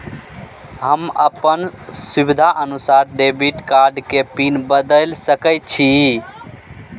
हम अपन सुविधानुसार डेबिट कार्ड के पिन बदल सके छि?